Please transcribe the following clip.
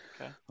Okay